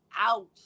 out